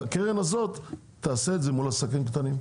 והקרן הזאת תעשה את זה מול עסקים קטנים.